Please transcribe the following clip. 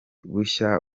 bushya